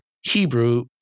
Hebrew